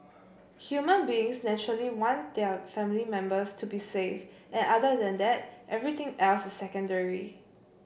human beings naturally want their family members to be safe and other than that everything else is secondary